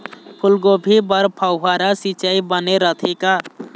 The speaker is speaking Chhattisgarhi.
फूलगोभी बर फव्वारा सिचाई बने रथे का?